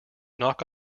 knock